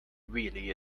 really